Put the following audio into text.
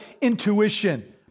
intuition